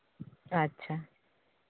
ᱟᱪᱪᱷᱟ